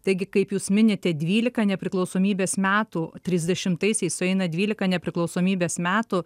taigi kaip jūs minite dvylika nepriklausomybės metų trisdešimtaisiais sueina dvylika nepriklausomybės metų